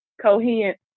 coherent